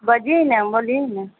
बजिऔ ने बोलिऔ ने